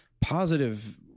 positive